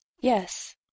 Yes